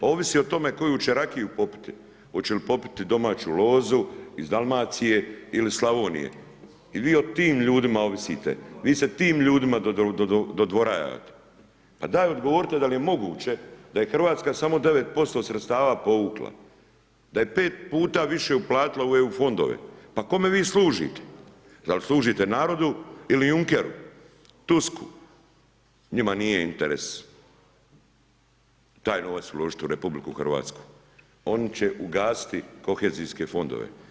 Ovi o tome koju će rakiju popiti, oće li popiti domaću lozu iz Dalmacije il iz Slavonije i vi o tim ljudima ovisite, vi se tim ljudima dodvorajavate pa daj odgovorite da li je moguće da je Hrvatska samo 9% sredstava povukla, da je 5 puta više uplatila u EU fondove, pa kome vi služite, a li služite narodu ili Junkeru, Tusku, njima nije interes taj novac uložit u RH oni će ugasiti kohezijske fondove.